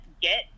get